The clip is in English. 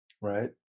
right